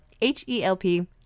H-E-L-P